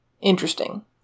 Interesting